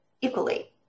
equally